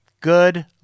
Good